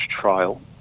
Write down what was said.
trial